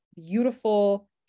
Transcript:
beautiful